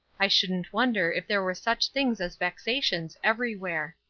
i shouldn't wonder if there were such things as vexations everywhere.